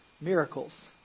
miracles